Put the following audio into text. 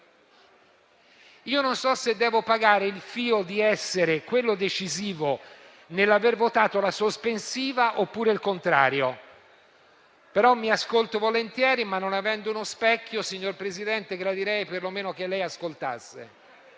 non so se devo pagare il fio di essere stato decisivo nel voto della questione sospensiva, oppure il contrario. Mi ascolto volentieri, ma non avendo uno specchio, signor Presidente, gradirei perlomeno che lei ascoltasse,